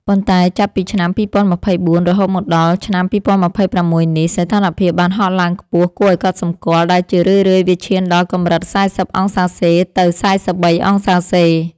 ប៉ុន្តែចាប់ពីឆ្នាំ ២០២៤ រហូតមកដល់ឆ្នាំ ២០២៦ នេះ សីតុណ្ហភាពបានហក់ឡើងខ្ពស់គួរឱ្យកត់សម្គាល់ ដែលជារឿយៗវាឈានដល់កម្រិត ៤០°C ទៅ ៤៣°C។